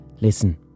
Listen